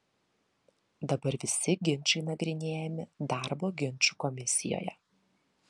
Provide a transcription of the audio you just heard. dabar visi ginčai nagrinėjami darbo ginčų komisijoje